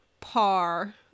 par